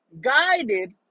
guided